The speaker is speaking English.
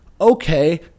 okay